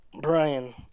Brian